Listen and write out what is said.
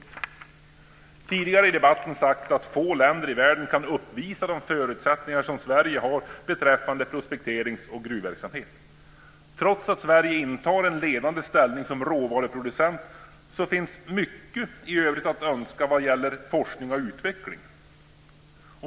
Det har tidigare i debatten sagts att få länder i världen kan uppvisa de förutsättningar som Sverige har beträffande prospekterings och gruvverksamhet. Trots att Sverige intar en ledande ställning som råvaruproducent, finns det mycket i övrigt att önska vad gäller forskning och utveckling.